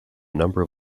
number